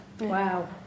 Wow